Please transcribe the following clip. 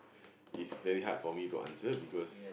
it's very hard for me to answer because